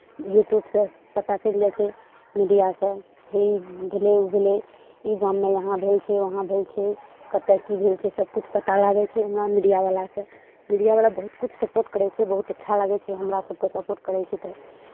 यूट्यूबसँ पता चलि जाइ छै मीडियासँ हे ई भेलै हे ओ भेलै ई गाममे यहाँ भेल छै वहाँ भेल छै कतय की भेल छै सभकिछु पता लागै छै हमरा मीडियावलासँ मीडियावला बहुत किछु सपोर्ट करै छै बहुत अच्छा लागै छै हमरा सभकेँ सपोर्ट करै छै तऽ